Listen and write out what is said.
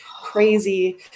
crazy